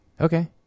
okay